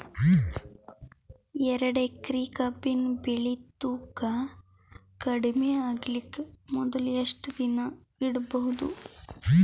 ಎರಡೇಕರಿ ಕಬ್ಬಿನ್ ಬೆಳಿ ತೂಕ ಕಡಿಮೆ ಆಗಲಿಕ ಮೊದಲು ಎಷ್ಟ ದಿನ ಇಡಬಹುದು?